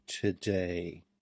today